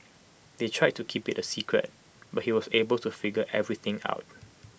they tried to keep IT A secret but he was able to figure everything out